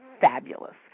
fabulous